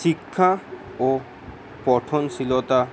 শিক্ষা ও পঠনশীলতা